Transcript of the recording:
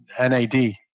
NAD